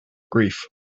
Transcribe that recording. grief